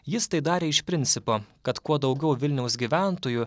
jis tai darė iš principo kad kuo daugiau vilniaus gyventojų